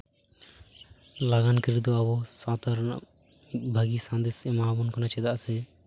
ᱞᱟᱜᱟᱱ ᱠᱟᱹᱨᱤ ᱫᱚ ᱟᱵᱚ ᱥᱟᱶᱛᱟ ᱨᱮᱱᱟᱜ ᱢᱤᱫ ᱵᱷᱟᱜᱮ ᱥᱟᱸᱫᱮᱥᱮ ᱮᱢᱟ ᱟᱵᱚᱱ ᱠᱟᱱᱟ ᱪᱮᱫᱟᱜ ᱥᱮ